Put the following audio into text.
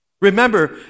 Remember